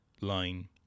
line